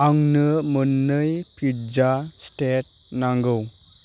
आंनो मोननै pizza state नांगौ